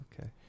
okay